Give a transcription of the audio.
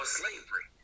slavery